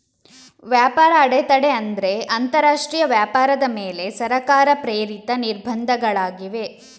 ವ್ಯಾಪಾರ ಅಡೆತಡೆ ಅಂದ್ರೆ ಅಂತರರಾಷ್ಟ್ರೀಯ ವ್ಯಾಪಾರದ ಮೇಲೆ ಸರ್ಕಾರ ಪ್ರೇರಿತ ನಿರ್ಬಂಧಗಳಾಗಿವೆ